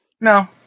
No